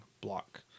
block